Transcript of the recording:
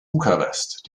bukarest